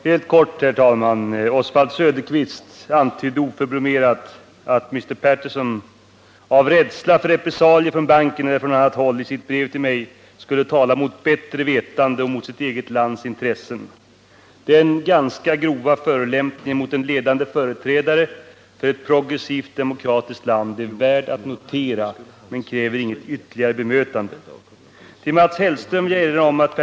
Herr talman! Jag skall fatta mig kort. Oswald Söderqvist antydde oförblommerat att Mr. Patterson av rädsla för repressalier från banken eller från annat håll i sitt brev till mig skulle ha talat mot bättre vetande och mot sitt eget lands intressen. Denna ganska grova förolämpning mot en ledande företrädare för ett progressivt demokratiskt land är värd att notera men kräver inget ytterligare bemötande. Jag vill erinra Mats Hellström om att Mr.